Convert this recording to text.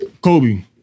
Kobe